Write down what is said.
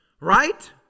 Right